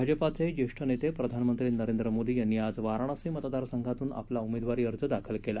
भाजपाचे ज्येष्ठ नेते प्रधानमंत्री नरेंद्र मोदी यांनी आज वाराणसी मतदारसंघातून आपला उमेदवारी अर्ज दाखल केला